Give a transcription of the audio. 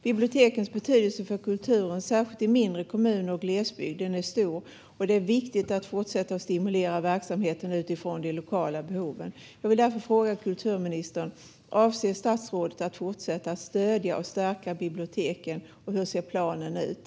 Bibliotekens betydelse för kulturen, särskilt i mindre kommuner och glesbygd, är stor. Det är viktigt att fortsätta att stimulera verksamheten utifrån de lokala behoven. Jag vill därför fråga kulturministern: Avser statsrådet att fortsätta att stödja och stärka biblioteken, och hur ser planen ut?